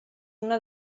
una